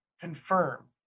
confirm